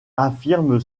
affirme